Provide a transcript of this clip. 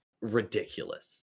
ridiculous